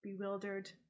bewildered